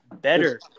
better